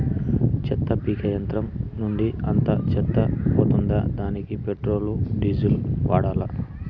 చెత్త పీకే యంత్రం నుండి అంతా చెత్త పోతుందా? దానికీ పెట్రోల్, డీజిల్ వాడాలా?